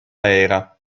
era